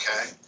Okay